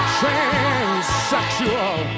transsexual